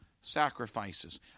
sacrifices